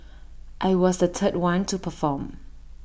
I was the third one to perform